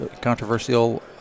controversial